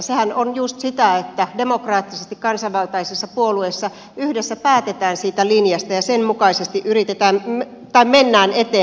sehän on just sitä että demokraattisesti kansanvaltaisissa puolueissa yhdessä päätetään siitä linjasta ja sen mukaisesti mennään eteenpäin